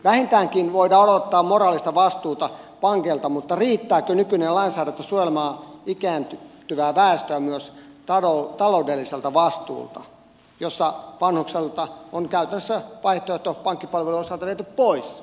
vähintäänkin voidaan odottaa moraalista vastuuta pankeilta mutta riittääkö nykyinen lainsäädäntö suojelemaan ikääntyvää väestöä myös taloudelliselta vastuulta kun vanhukselta on käytännössä vaihtoehto pankkipalvelujen osalta viety pois